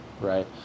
right